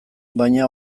baina